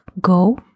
Go